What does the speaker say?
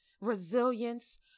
resilience